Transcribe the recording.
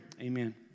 amen